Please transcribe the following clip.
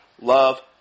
love